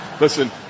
Listen